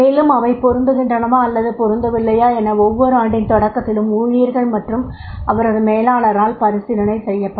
மேலும் அவை பொருந்துகின்றனவா அல்லது பொருந்தவில்லையா என ஒவ்வொரு ஆண்டின் தொடக்கத்திலும் ஊழியர்கள் மற்றும் அவரது மேலாளரால் பரிசீலனை செய்யப்படும்